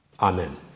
Amen